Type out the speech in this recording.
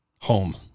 Home